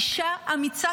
אישה אמיצה,